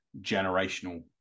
generational